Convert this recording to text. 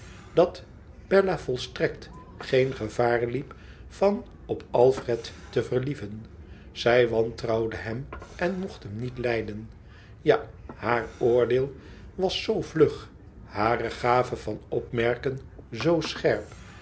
dat bella volstrekt geen gevaar liep van op alfred te verlieven zij wantrouwde hem en mocht hem niet lijden ja baar oordeel was zoo vlug hare gave van opmerken zoo scherp